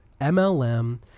MLM